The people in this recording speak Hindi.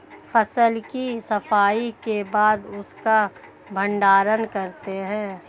फसल की सफाई के बाद उसका भण्डारण करते हैं